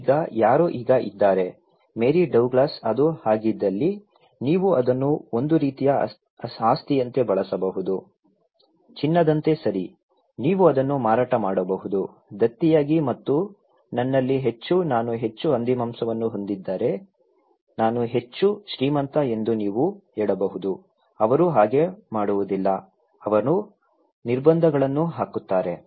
ಈಗ ಯಾರೋ ಈಗ ಇದ್ದಾರೆ ಮೇರಿ ಡೌಗ್ಲಾಸ್ ಅದು ಹಾಗಿದ್ದಲ್ಲಿ ನೀವು ಅದನ್ನು ಒಂದು ರೀತಿಯ ಆಸ್ತಿಯಂತೆ ಬಳಸಬಹುದು ಚಿನ್ನದಂತೆ ಸರಿ ನೀವು ಅದನ್ನು ಮಾರಾಟ ಮಾಡಬಹುದು ದತ್ತಿಯಾಗಿ ಮತ್ತು ನನ್ನಲ್ಲಿ ಹೆಚ್ಚು ನಾನು ಹೆಚ್ಚು ಹಂದಿಮಾಂಸವನ್ನು ಹೊಂದಿದ್ದರೆ ನಾನು ಹೆಚ್ಚು ಶ್ರೀಮಂತ ಎಂದು ನೀವು ಹೇಳಬಹುದು ಅವರು ಹಾಗೆ ಮಾಡುವುದಿಲ್ಲ ಅವರು ನಿರ್ಬಂಧಗಳನ್ನು ಹಾಕುತ್ತಾರೆ